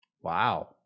Wow